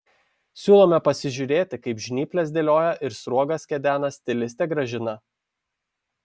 siūlome pasižiūrėti kaip žnyples dėlioja ir sruogas kedena stilistė gražina